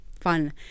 fun